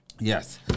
Yes